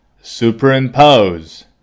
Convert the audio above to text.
superimpose